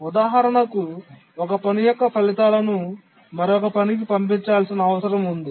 ఉదాహరణకు ఒక పని యొక్క ఫలితాలను మరొక పనికి పంపించాల్సిన అవసరం ఉంది